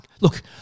look